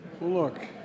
Look